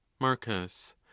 marcus